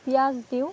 পিঁয়াজ দিওঁ